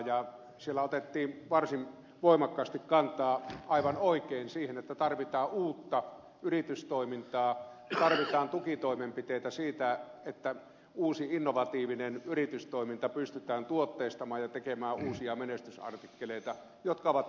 siinä otettiin varsin voimakkaasti kantaa aivan oikein siihen että tarvitaan uutta yritystoimintaa tarvitaan tukitoimenpiteitä siitä että uusi innovatiivinen yritystoiminta pystytään tuotteistamaan ja tekemään uusia menestysartikkeleita jotka ovat tälle maalle tärkeitä